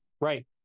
Right